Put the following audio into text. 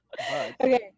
Okay